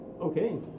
okay